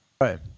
Right